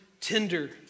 tender